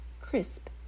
crisp